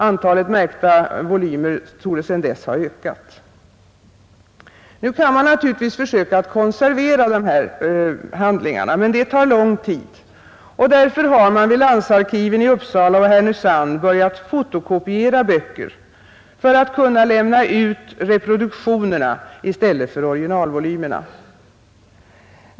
Antalet märkta volymer torde sedan dess ha ökat. Nu kan man naturligtvis försöka konservera dessa handlingar, men det tar lång tid. Man har därför vid landsarkiven i Uppsala och Härnösand börjat fotokopiera böcker för att kunna lämna ut reproduktionerna i stället för originalvolymerna.